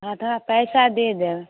आधा पैसा दे देब